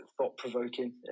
thought-provoking